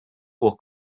will